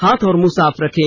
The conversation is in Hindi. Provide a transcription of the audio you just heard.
हाथ और मुंह साफ रखें